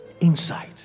inside